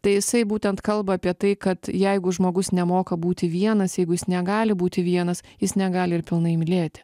tai jisai būtent kalba apie tai kad jeigu žmogus nemoka būti vienas jeigu jis negali būti vienas jis negali ir pilnai mylėti